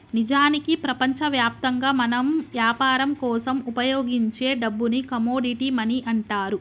నిజానికి ప్రపంచవ్యాప్తంగా మనం యాపరం కోసం ఉపయోగించే డబ్బుని కమోడిటీ మనీ అంటారు